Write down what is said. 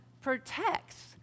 protects